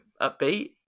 upbeat